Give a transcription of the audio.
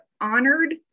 honored